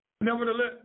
Nevertheless